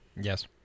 Yes